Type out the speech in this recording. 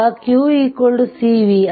ಈಗ q c v